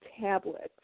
tablets